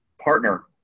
partner